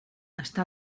està